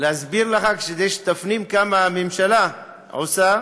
להסביר לך, כדי שתפנים כמה הממשלה עושה,